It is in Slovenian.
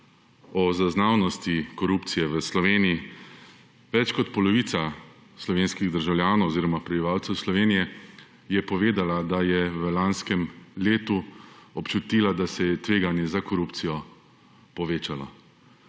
o zaznavnosti korupcije v Sloveniji več kot polovica slovenskih državljanov oziroma prebivalcev Slovenije je povedala, da je v lanskem letu občutila, da se je tveganje za korupcijo povečalo